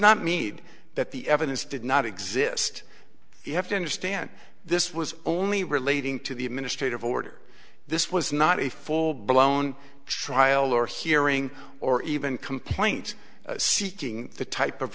not need that the evidence did not exist you have to understand this was only relating to the administrative order this was not a full blown trial or hearing or even complaint seeking the type of